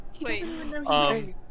Wait